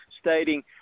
stating